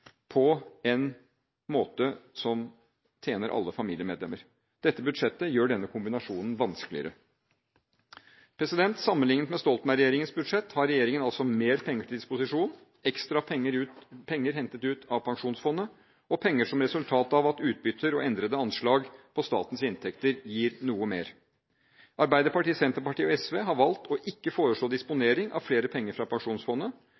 på en måte som tjener alle familiemedlemmer. Dette budsjettet gjør denne kombinasjonen vanskeligere. Sammenlignet med Stoltenberg-regjeringens budsjett har regjeringen altså mer penger til disposisjon, ekstra penger hentet ut fra Pensjonsfondet, og penger som resultat av at utbytter og endrede anslag på statens inntekter gir noe mer. Arbeiderpartiet, Senterpartiet og SV har valgt å ikke foreslå disponering av flere penger fra Pensjonsfondet,